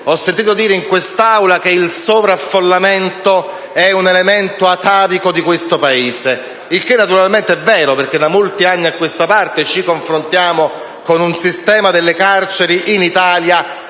Ho sentito dire in quest'Aula che il sovraffollamento è un elemento atavico di questo Paese, il che naturalmente è vero, perché da molti anni a questa parte in Italia ci confrontiamo con un sistema delle carceri